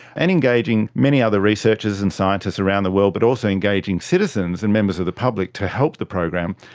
and engaging many other researchers and scientists around the world but also engaging citizens and members of the public to help the program,